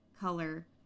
color